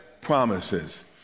promises